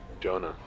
Jonah